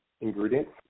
ingredients